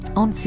on